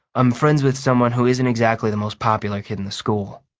i'm friends with someone who isn't exactly the most popular kid in the school.